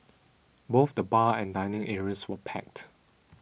both the bar and dining areas were packed